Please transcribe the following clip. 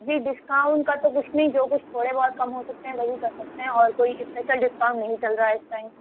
جی discount کا تو کچھ نہیں جو کچھ تھوڑے بہت کم ہو سکتے ہیں وہی کر سکتے ہیں اور کوئی اسپیشل ڈسکاؤنٹ نہیں چل رہا ہے اس ٹائم